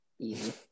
Easy